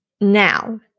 Now